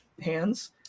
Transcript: hands